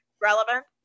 relevant